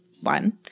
one